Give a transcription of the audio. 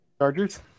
Chargers